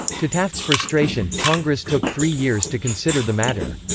to taft's frustration, congress took three years to consider the matter.